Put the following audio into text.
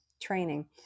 training